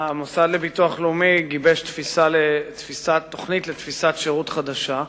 המוסד לביטוח לאומי גיבש תוכנית לתפיסת שירות חדשה,